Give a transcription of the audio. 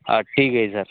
हा ठीक आहे सर